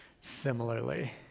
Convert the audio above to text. similarly